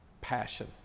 Passion